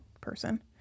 person